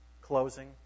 closing